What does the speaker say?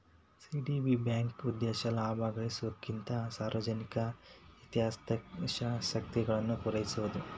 CDB ಬ್ಯಾಂಕ್ನ ಉದ್ದೇಶ ಲಾಭ ಗಳಿಸೊದಕ್ಕಿಂತ ಸಾರ್ವಜನಿಕ ಹಿತಾಸಕ್ತಿಗಳನ್ನ ಪೂರೈಸೊದು